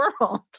World